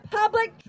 public